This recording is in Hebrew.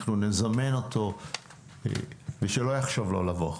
אנחנו נזמן אותו ושלא יחשוב לא לבוא.